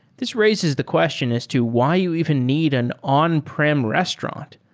this raises the question as to why you even need an on-prem restaurant.